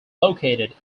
located